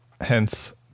Hence